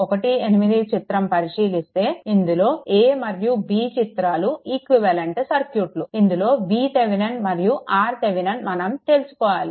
18 చిత్రం పరిశీలిస్తే ఇందులో a మరియు b చిత్రాలు ఈక్వివలెంట్ సర్క్యూట్లు ఇందులో VThevenin మరియు RThevenin మనం తెలుసుకోవాలి